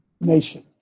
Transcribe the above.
nation